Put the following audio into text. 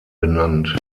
benannt